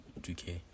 2K